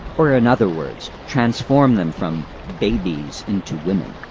or in other words transform them from babies into women.